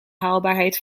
haalbaarheid